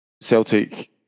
Celtic